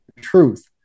truth